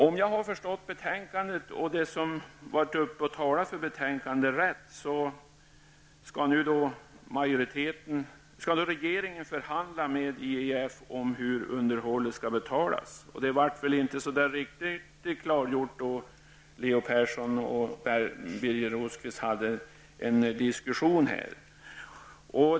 Om jag rätt har förstått betänkandet och dem som varit uppe och talat för det skall regeringen förhandla med IEF om hur underhållet skall betalas -- det blev väl inte riktigt klargjort i Leo Perssons och Birger Rosqvists diskussion.